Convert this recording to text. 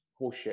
horseshit